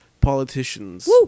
politicians